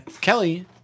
Kelly